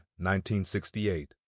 1968